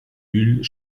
bulles